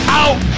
out